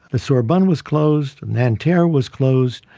the sorbonne was closed, nanterre was closed,